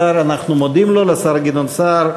השר, אנחנו מודים לו, לשר גדעון סער,